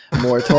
more